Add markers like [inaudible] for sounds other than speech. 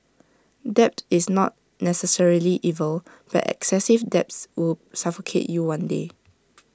debt is not necessarily evil but excessive debts will suffocate you one day [noise]